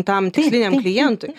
tam tiksliniam klientui